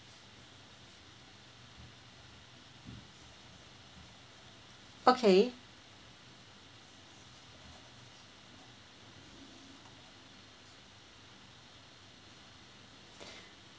okay